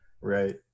right